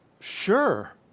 sure